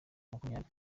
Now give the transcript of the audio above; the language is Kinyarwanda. makumyabiri